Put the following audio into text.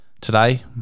today